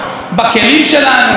פוגעים בדמוקרטיה.